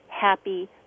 happy